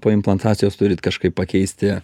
po implantacijos turit kažkaip pakeisti